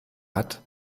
hat